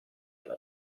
alla